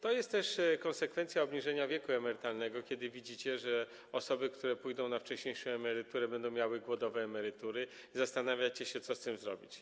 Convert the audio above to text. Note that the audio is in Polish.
To jest też konsekwencja obniżenia wieku emerytalnego, bo widzicie, że osoby, które pójdą na wcześniejszą emeryturę, będą miały głodowe emerytury, i zastanawiacie się, co z tym zrobić.